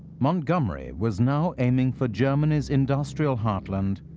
montgomery was now aiming for germany's industrial heartland,